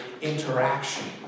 interaction